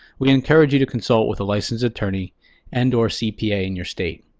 we encourage you to consult with a licensed attorney and or cpa in your state.